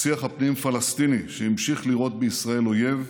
השיח הפנים-פלסטיני, שהמשיך לראות בישראל אויב,